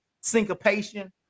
syncopation